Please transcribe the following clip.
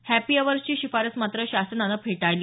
happy अवर्सची शिफारस मात्र शासनानं फेटाळली